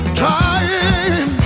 trying